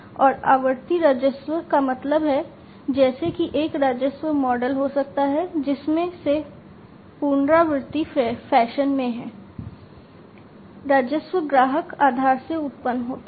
और आवर्ती राजस्व का मतलब है जैसे कि एक राजस्व मॉडल हो सकता है जिसमें से पुनरावर्ती फैशन में राजस्व ग्राहक आधार से उत्पन्न होता है